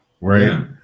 right